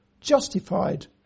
justified